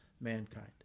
mankind